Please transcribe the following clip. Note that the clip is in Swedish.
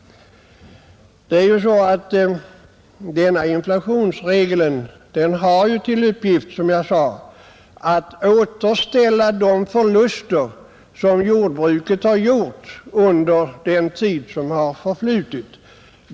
Inflationsregeln har ju som jag sade till uppgift att kompensera för de förluster som jordbruket har gjort under den tid som har förflutit.